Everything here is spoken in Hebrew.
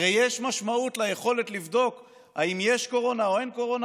הרי ביכולת לבדוק אם יש קורונה או אין קורונה